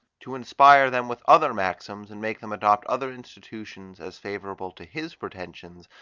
to inspire them with other maxims, and make them adopt other institutions as favourable to his pretensions,